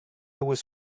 was